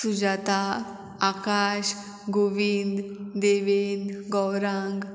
Sujata Akash Govind Gaurang